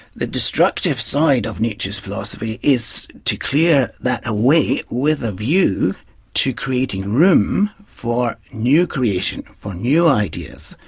the destructive side of nietzsche's philosophy is to clear that away with a view to creating room for new creation, for new ideas.